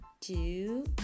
two